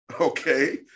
okay